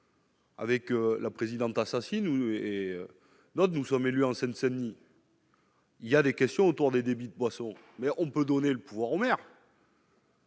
Avec la présidente assassine ou et donc nous sommes élus en Seine-Saint-Denis. Il y a des questions autour des débits de boissons, mais on peut donner le pouvoir aux maire.